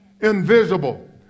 invisible